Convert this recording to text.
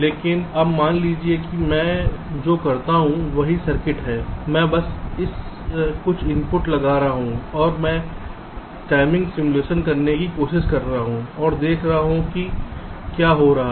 लेकिन अब मान लीजिए कि मैं जो करता हूं वही सर्किट है मैं बस कुछ इनपुट्स लगा रहा हूं और मैं टाइमिंग सिमुलेशन करने की कोशिश कर रहा हूं और देख रहा हूं कि क्या हो रहा है